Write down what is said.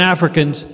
Africans